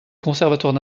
conservatoire